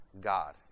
God